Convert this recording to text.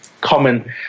common